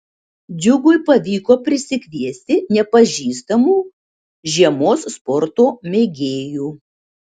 džiugui pavyko prisikviesti nepažįstamų žiemos sporto mėgėjų